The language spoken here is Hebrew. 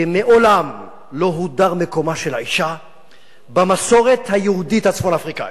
ומעולם לא הודר מקומה של האשה במסורת היהודית הצפון-אפריקנית.